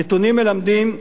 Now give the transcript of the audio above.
הנתונים מלמדים,